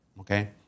Okay